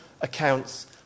accounts